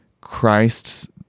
Christ's